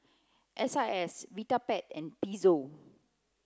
S I S Vitapet and Pezzo